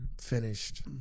finished